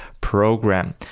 program